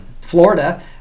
Florida